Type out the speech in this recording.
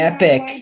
Epic